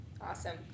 Awesome